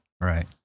Right